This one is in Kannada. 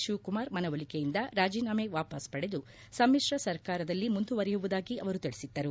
ಶಿವಕುಮಾರ್ ಮನವೊಲಿಕೆಯಿಂದ ರಾಜೀನಾಮೆ ವಾಪಾಸ್ ಪಡೆದು ಸಮಿಶ್ರ ಸರ್ಕಾರದಲ್ಲಿ ಮುಂದುವರೆಯುದಾಗಿ ಅವರು ತಿಳಿಸಿದ್ದರು